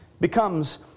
becomes